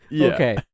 Okay